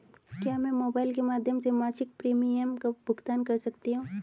क्या मैं मोबाइल के माध्यम से मासिक प्रिमियम का भुगतान कर सकती हूँ?